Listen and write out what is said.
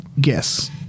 guess